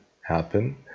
happen